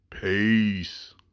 Peace